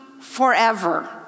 forever